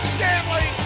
Stanley